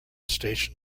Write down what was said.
station